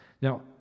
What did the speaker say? Now